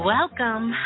Welcome